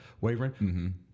wavering